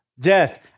Death